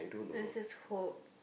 let's just hope